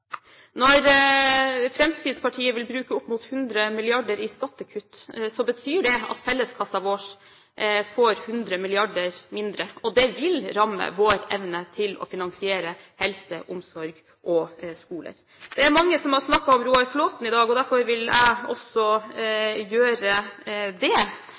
Når Fremskrittspartiet vil bruke opp mot 100 mrd. kr i skattekutt, betyr det at felleskassen vår får 100 mrd. kr mindre. Det vil ramme vår evne til å finansiere helse, omsorg og skoler. Det er mange som har snakket om Roar Flåthen i dag, og derfor vil jeg også gjøre det.